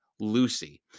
Lucy